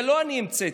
זה לא אני המצאתי.